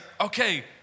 okay